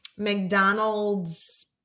McDonald's